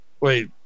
Wait